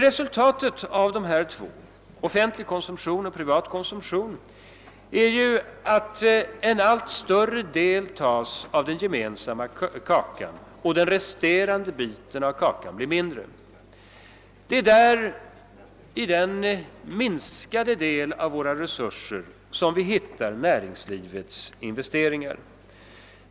Resultatet av att dessa två — offentlig konsumtion och privat konsumtion — tar en allt större del av den gemensamma kakan blir naturligtvis att den resterande biten av kakan blir mindre. Det är i den minskade delen av våra resurser vi hittar näringslivets investeringar.